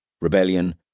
rebellion